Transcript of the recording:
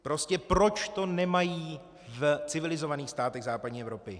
Prostě proč to nemají v civilizovaných státech západní Evropy?